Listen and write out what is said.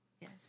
Yes